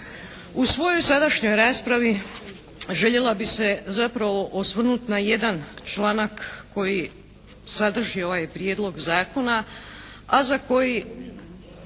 U svojoj sadašnjoj raspravi željela bih se zapravo osvrnuti na jedan članak koji sadrži ovaj Prijedlog zakona, a za koji